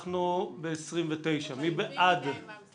אנחנו בסעיף 29. מי בעד, מי נגד?